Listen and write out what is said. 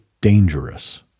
dangerous